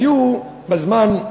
היו מזמן,